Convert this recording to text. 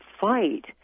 fight